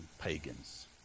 pagans